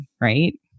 right